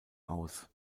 aus